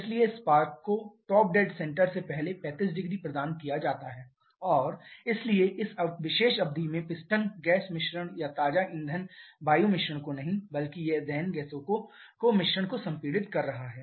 इसलिए स्पार्क को top dead centre से पहले 350 प्रदान किया जाता है और इसलिए इस विशेष अवधि में पिस्टन गैस मिश्रण या ताजा ईंधन वायु मिश्रण को नहीं बल्कि यह दहन गैसों का मिश्रण को संपीड़ित कर रहा है